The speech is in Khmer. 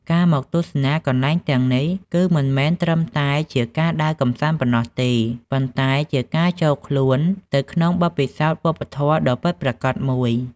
ការមកទស្សនាកន្លែងទាំងនេះ គឺមិនត្រឹមតែជាការដើរកម្សាន្តប៉ុណ្ណោះទេ ប៉ុន្តែជាការចូលខ្លួនទៅក្នុងបទពិសោធន៍វប្បធម៌ដ៏ពិតប្រាកដមួយ។